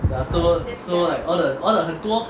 ya so so like all the all the 很多